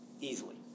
Easily